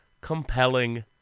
compelling